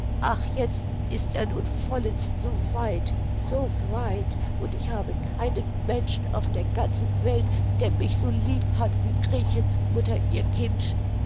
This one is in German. ach jetzt ist er nun vollends so weit so weit und ich habe keinen menschen auf der ganzen welt der mich so lieb hat wie gretchens mutter ihr kind